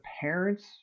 parents